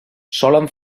solen